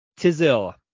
Tizil